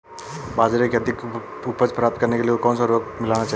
बाजरे की अधिक उपज प्राप्त करने के लिए कौनसा उर्वरक मिलाना चाहिए?